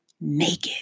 naked